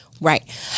Right